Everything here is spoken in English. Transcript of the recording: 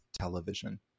television